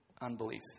Unbelief